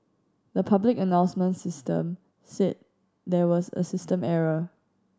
the public announcement system said there was a system error